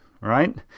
right